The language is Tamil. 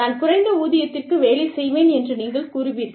நான் குறைந்த ஊதியத்திற்கு வேலை செய்வேன் என்று நீங்கள் கூறுவீர்கள்